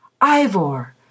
Ivor